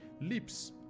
Lips